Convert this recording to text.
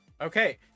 Okay